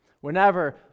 Whenever